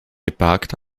geparkt